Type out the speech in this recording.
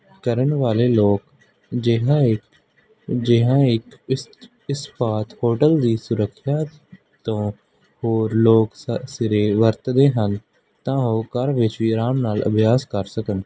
ਕਰਨ ਵਾਲੇ ਲੋਕ ਅਜਿਹਾ ਹੀ ਅਜਿਹਾ ਇੱਕ ਇਸ ਇਸ ਪਾਥ ਹੋਟਲ ਦੀ ਸੁਰੱਖਿਆ ਤੋਂ ਹੋਰ ਲੋਕ ਸ ਸਰੀਰ ਵਰਤਦੇ ਹਨ ਤਾਂ ਉਹ ਘਰ ਵਿਚ ਵੀ ਆਰਾਮ ਨਾਲ ਅਭਿਆਸ ਕਰ ਸਕਣ